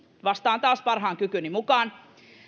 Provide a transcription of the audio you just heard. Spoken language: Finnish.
vastaan taas parhaan kykyni mukaan tältä osin